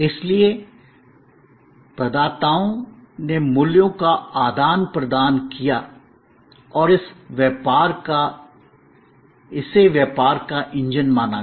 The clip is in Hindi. इसलिए प्रदाताओं ने मूल्यों का आदान प्रदान किया और इसे व्यापार का इंजन माना गया